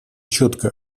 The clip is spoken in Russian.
четко